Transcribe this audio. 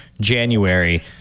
January